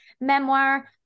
memoir